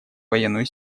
военную